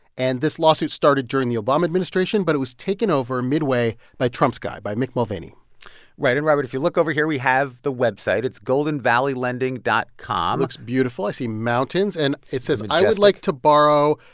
and this lawsuit started during the obama administration, but it was taken over midway by trump's guy, by mick mulvaney right. and, robert, if you look over here, we have the website. it's goldenvalleylending dot com it looks beautiful. i see mountains. and it says. majestic. like i would like to borrow,